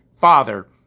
father